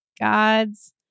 gods